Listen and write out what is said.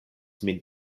min